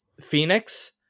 phoenix